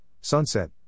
Sunset